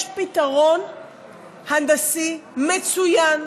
יש פתרון הנדסי מצוין,